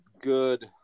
good